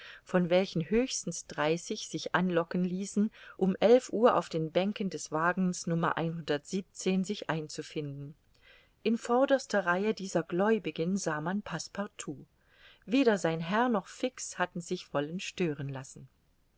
von welchen höchstens dreißig sich anlocken ließen um elf uhr auf den bänken des wagens sich einzufinden in vorderster reihe dieser gläubigen sah man passepartout weder sein herr noch fix hatten sich wollen stören lassen